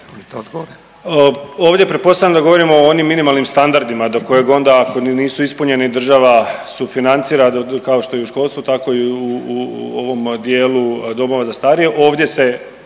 Ovdje pretpostavljam da govorimo o onim minimalnim standardima do kojeg onda ako nisu ispunjeni država sufinancira do, do kao i u školstvu tako i u ovom dijelu domova za starije.